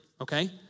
okay